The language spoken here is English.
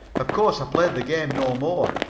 of course i played the game no more.